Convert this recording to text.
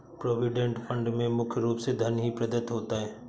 provident fund में मुख्य रूप से धन ही प्रदत्त होता है